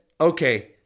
okay